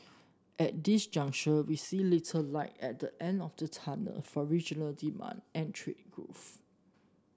at this juncture we see little light at the end of the tunnel for regional demand and trade growth